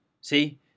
See